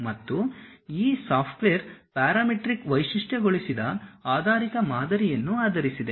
ಮತ್ತು ಈ software parametric ವೈಶಿಷ್ಟ್ಯಗೊಳಿಸಿದ ಆಧಾರಿತ ಮಾದರಿಯನ್ನು ಆಧರಿಸಿದೆ